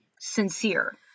sincere